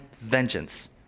vengeance